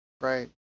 Right